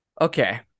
Okay